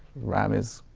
ram is